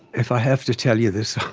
if i have to tell you this,